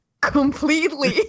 Completely